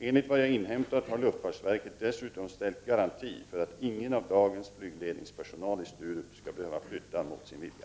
Enligt vad jag inhämtat har luftfartsverket dessutom ställt garanti för att ingen tillhörande dagens flygledningspersonal i Sturup skall behöva flytta mot sin vilja.